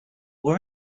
were